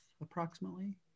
approximately